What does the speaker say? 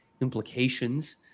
implications